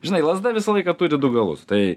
žinai lazda visą laiką turi du galus tai